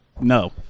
No